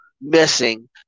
missing